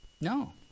No